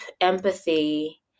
empathy